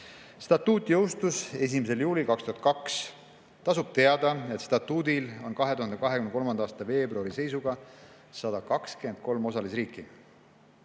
Statuut jõustus 1. juulil 2002. Tasub teada, et statuudil on 2023. aasta veebruari seisuga 123 osalisriiki. Nagu